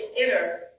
enter